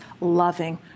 loving